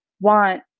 want